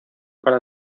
para